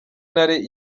ntare